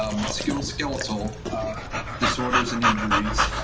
um musculoskeletal disorders and injuries,